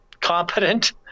competent